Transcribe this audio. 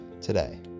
today